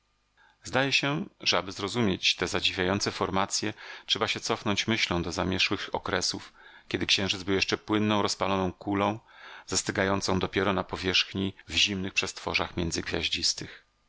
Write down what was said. zdaje się że aby zrozumieć te zadziwiające formacje trzeba się cofnąć myślą do zamierzchłych okresów kiedy książyc był jeszcze płynną rozpaloną kulą zastygającą dopiero na powierzchni w zimnych przestworzach między gwiaździstych